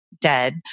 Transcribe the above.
dead